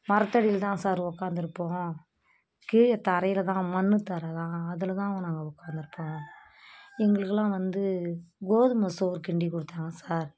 மரத்தடியில் தான் சார் உட்காந்துருப்போம் கீழே தரையில் தான் மண்ணு தர தான் அதில் தான் வ நாங்கள் உட்காந்துருப்போம் எங்களுக்கெலாம் வந்து கோதுமை சோறு கிண்டி கொடுத்தாங்க சார்